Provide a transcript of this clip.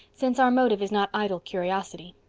since our motive is not idle curiosity.